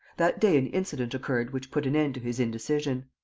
that day an incident occurred which put an end to his indecision.